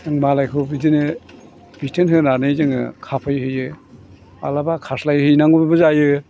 जों मालायखौ बिदिनो बिथोन होनानै जोङो खाफैहोयो मालाबा खास्लायहैनांगौबो जायो